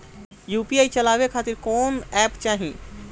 UPI चलवाए के खातिर कौन एप चाहीं?